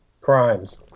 crimes